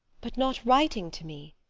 but not writing to me,